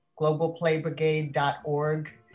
globalplaybrigade.org